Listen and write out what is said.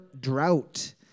drought